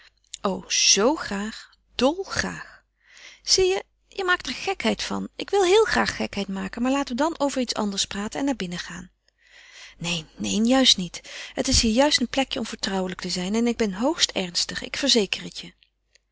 o zoo graag dol graag zie je je maakt er gekheid van ik wil heel graag gekheid maken maar laten we dan over iets anders praten en naar binnen gaan neen neen juist niet het is hier juist een plekje om vertrouwelijk te zijn en ik ben hoogst ernstig ik verzeker het